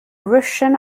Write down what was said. russian